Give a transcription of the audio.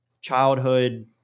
childhood